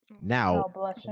Now